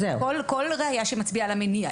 כל ראיה שמצביעה על המניע.